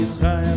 Israel